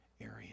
area